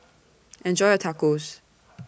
Enjoy your Tacos